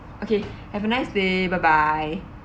okay have a nice day bye bye